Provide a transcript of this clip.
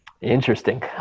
Interesting